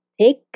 take